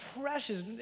precious